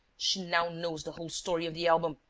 she now knows the whole story of the album.